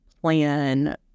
plan